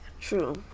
True